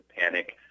panic